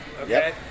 okay